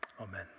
Amen